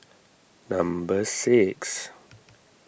number six